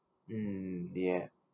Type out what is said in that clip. mm ya